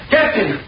Captain